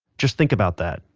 just think about that,